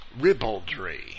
ribaldry